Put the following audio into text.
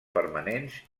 permanents